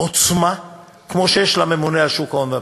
עוצמה כמו שיש לממונה על שוק ההון והביטוח.